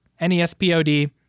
NESPOD